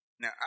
Now